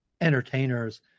entertainers